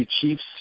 Chiefs